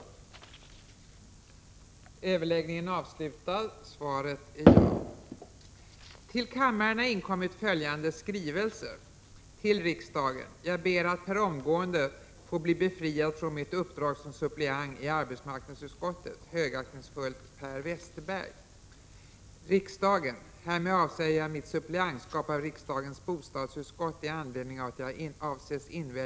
Till riksdagen Jag anhåller härmed att få bli befriad från mitt uppdrag som suppleant i arbetsmarknadsutskottet. Helsingfors den 10 april 1986 Per Westerberg